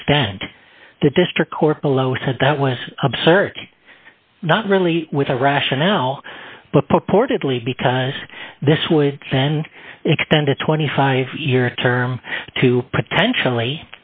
extend the district court below said that was absurd not really with a rationale but purportedly because this would then extend a twenty five year term to potentially